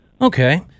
okay